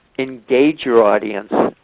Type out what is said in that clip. engage your audience,